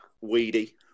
weedy